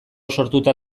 sortuta